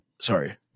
Sorry